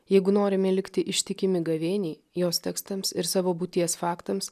jeigu norime likti ištikimi gavėniai jos tekstams ir savo būties faktams